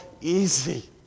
easy